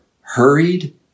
hurried